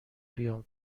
بیام